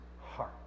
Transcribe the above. heart